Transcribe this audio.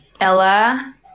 Ella